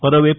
మరోవైపు